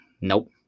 Nope